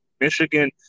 Michigan